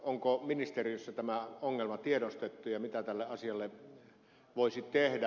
onko ministeriössä tämä ongelma tiedostettu ja mitä tälle asialle voisi tehdä